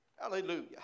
Hallelujah